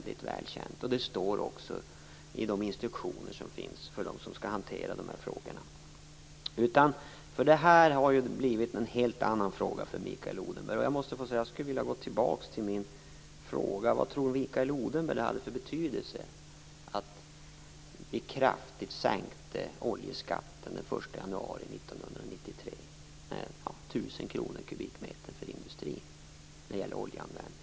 Det står också i de instruktioner som finns för dem som skall hantera de här frågorna. Det här har blivit en helt annan fråga för Mikael Odenberg. Jag skulle vilja gå tillbaka till min fråga: Vad tror Mikael Odenberg att det hade för betydelse att vi kraftigt sänkte oljeskatten den 1 januari 1993 med 1 030 kr per kubikmeter för industrin när det gäller oljeanvändning?